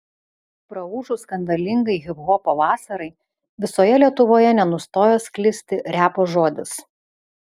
praūžus skandalingai hiphopo vasarai visoje lietuvoje nenustojo sklisti repo žodis